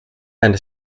and